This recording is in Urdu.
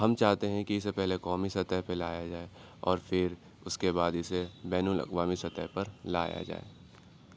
ہم چاہتے ہیں کہ اسے پہلے قومی سطح پہ لایا جائے اور پھر اس کے بعد اسے بین الاقوامی سطح پر لایا جائے